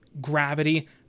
gravity